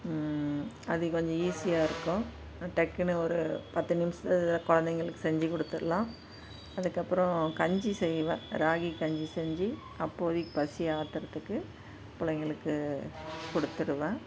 அது கொஞ்சம் ஈசியாகருக்கும் டக்குனு ஒரு பத்து நிமிஷத்தில் குழந்தைங்களுக்கு செஞ்சு குடுத்தடலான் அதுக்கப்புறம் கஞ்சி செய்வேன் ராகி கஞ்சி செஞ்சு அப்போதைக்கு பசி ஆத்துறதுக்கு பிள்ளைங்களுக்கு கொடுத்துருவன்